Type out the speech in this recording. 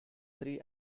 three